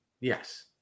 yes